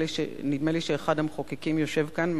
נדמה לי שאחד המחוקקים יושב כאן,